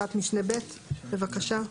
פרט משנה (ב) בבקשה?